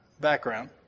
background